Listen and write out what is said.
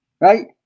right